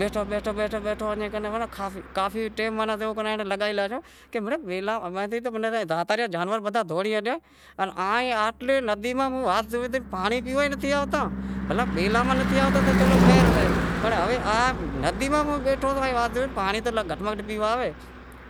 بیٹھو، بیٹھو، بیٹھو اناں کافی ٹیم تھیو کہ آئیں بیلاں ماہ تو کافی زانور زاتا رہیا پر آئیں ندی ماہ پانڑی پیوا ئی نتھی آوتا بھلا بیلاں ماہ نتھی آوتا تو مڑیئی خیر سئے پر ہوے آز ندی میں بیٹھو ہتو تو گھٹ ماہ گھٹ پانڑی تو پیوا آویں،